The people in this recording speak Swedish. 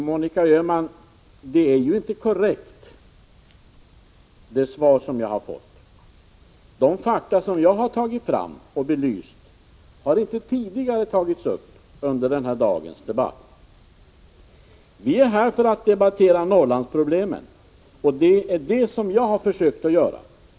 Herr talman! Det svar som jag fått är ju inte korrekt, Monica Öhman. De fakta som jag tagit fram och belyst har inte tidigare tagits upp under den här dagens debatt. Vi är här för att debattera Norrlandsproblemen, och det är vad jag har försökt göra.